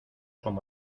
como